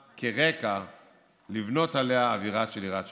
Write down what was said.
כרקע לבנות עליה אווירה של יראת שמיים,